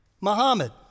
Muhammad